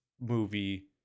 movie